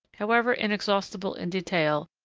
however inexhaustible in detail,